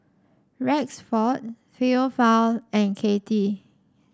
Rexford Theophile and Katie